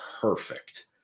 perfect